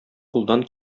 кулдан